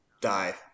Die